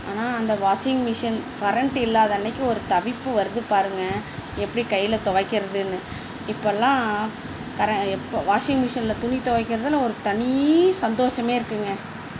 ஆனால் அந்த washing machine current இல்லாத அன்றைக்கு ஒரு தவிப்பு வருது பாருங்கள் எப்படி கையில் துவைக்கிறதுனு இப்போலாம் எப்போ வாஷிங்மிஷினில் துணி துவைக்குறதுல ஒரு தனி சந்தோசமே இருக்குதுங்க